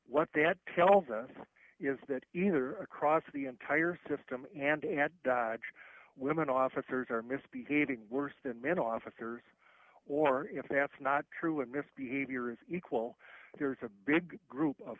what that tells us is that either across the entire system and at women officers are misbehaving worse than men officers or if that's not true and misbehavior is equal there's a big group of